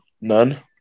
None